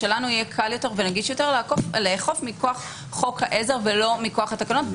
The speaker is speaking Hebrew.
ובגלל שלנו קל יותר ונגיש יותר לאכוף מכוח חוק העזר ולא מכוח התקנות,